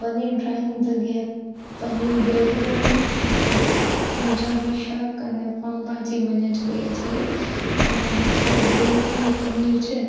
પનીર ડ્રાયની જગ્યાએ પનીર ગ્રેવીવાળું અને પંજાબી શાક અને પાઉં ભાજી મને જોઈએ છીએ અને જે ગ્રેવીવાળું પનીર છે